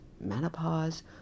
menopause